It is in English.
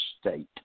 state